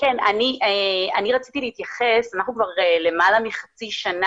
אני רציתי להתייחס למעלה משנה